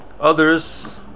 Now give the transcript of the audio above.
Others